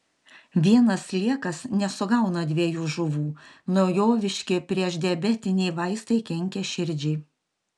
vienas sliekas nesugauna dviejų žuvų naujoviški priešdiabetiniai vaistai kenkia širdžiai